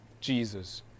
Jesus